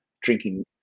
drinking